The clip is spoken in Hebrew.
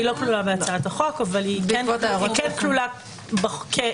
היא לא כלולה בהצעת החוק, אבל היא כן כלולה כפרט,